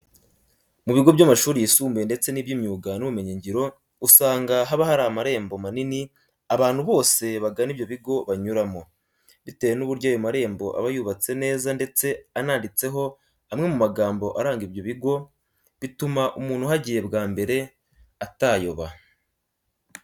Mu bigo by'amashuri yisumbuye ndetse n'iby'imyuga n'ubumenyingiro usanga haba hari amarembo manini abantu bose bagana ibyo bigo banyuramo. Bitewe n'uburyo ayo marembo aba yubatse neza ndetse ananditseho amwe mu magambo aranga ibyo bigo, bituma umuntu uhagiye bwa mbere atayoba.